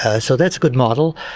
ah so, that's a good model.